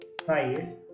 size